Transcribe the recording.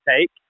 take